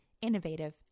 innovative